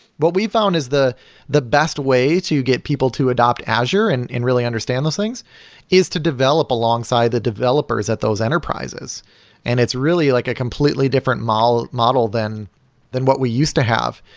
what we found is the the best way to get people to adopt azure and really understand those things is to develop alongside the developers at those enterprises and it's really like a completely different model model than than what we used to have.